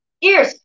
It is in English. Ears